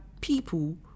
people